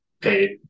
paid